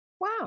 Wow